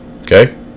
Okay